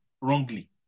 wrongly